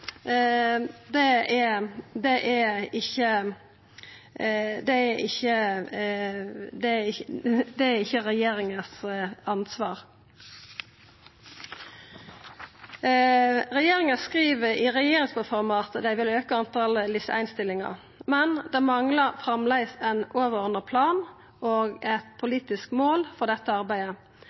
Regjeringa skriv i regjeringsplattforma at dei vil auka talet på LIS1-stillingar, men det manglar framleis ein overordna plan og eit politisk mål for dette arbeidet.